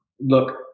look